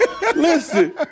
listen